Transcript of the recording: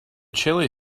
chilli